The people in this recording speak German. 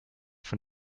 von